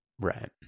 right